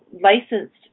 licensed